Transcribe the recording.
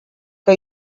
que